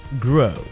grow